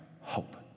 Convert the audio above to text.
hope